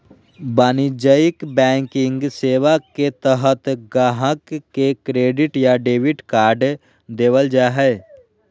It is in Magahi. वाणिज्यिक बैंकिंग सेवा के तहत गाहक़ के क्रेडिट या डेबिट कार्ड देबल जा हय